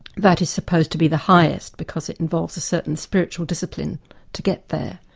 that is supposed to be the highest, because it involves a certain spiritual discipline to get there.